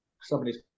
somebody's